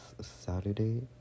Saturday